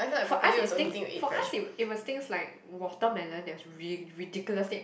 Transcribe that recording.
for us it's thing for us it was it was things like watermelon that was really ridiculously